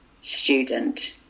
student